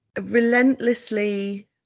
relentlessly